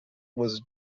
was